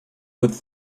with